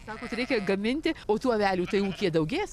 sakot reikia gaminti o tų avelių tai ūkyje daugės